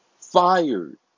Fired